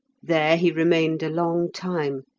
there he remained a long time,